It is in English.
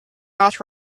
not